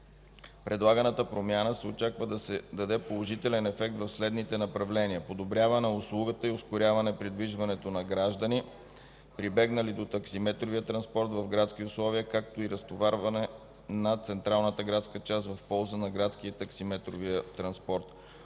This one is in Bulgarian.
предлаганата промяна се очаква да даде положителен ефект в следните направления: подобряване услугата и ускоряване придвижването на граждани, прибегнали до таксиметровия транспорт в градски условия, както и разтоварване на централната градска част в полза на градския и таксиметровия транспорт;